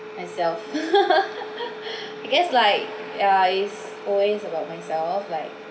myself like I guess like yeah is always about